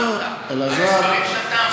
אבל המספרים שאתה אמרת,